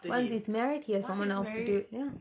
once he's married he has someone else to do it ya